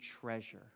treasure